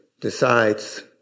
decides